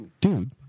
dude